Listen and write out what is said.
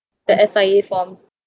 that S_I_A form